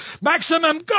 maximum